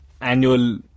annual